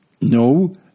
No